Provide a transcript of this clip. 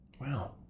Wow